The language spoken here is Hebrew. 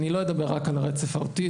אני לא אדבר רק על הרצף האוטיסטי.